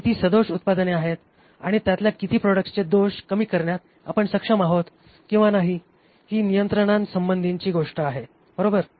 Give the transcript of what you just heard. किती सदोष उत्पादने आहेत आणि त्यातल्या किती प्रॉडक्ट्सचे दोष कमी करण्यास आपण सक्षम आहोत किंवा नाही हि नियंत्रणासंबंधीची गोष्ट आहे बरोबर